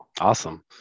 Awesome